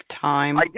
time